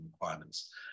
requirements